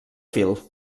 fil